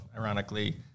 ironically